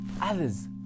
others